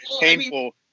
painful